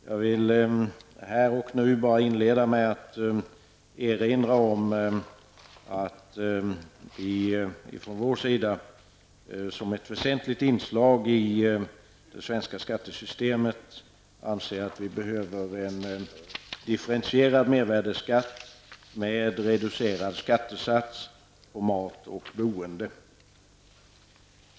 Jag vill därför här och nu inleda med att bara erinra om att vi från vår sida som ett väsentligt inslag i det svenska skattesystemet anser att vi behöver en differentierad mervärdeskatt med reducerad skattesats på mat och boende.